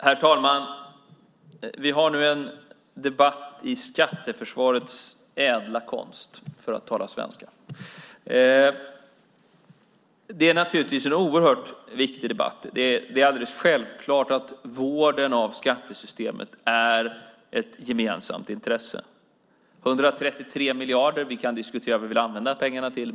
Herr talman! Vi har nu en debatt om skatteförsvarets ädla konst, för att tala svenska. Det här är en oerhört viktig debatt. Det är alldeles självklart att vården av skattesystemet är ett gemensamt intresse. Det gäller 133 miljarder, och vi kan diskutera vad vi vill använda pengarna till.